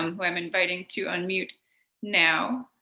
um who i'm inviting to unmute now,